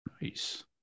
Nice